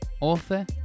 author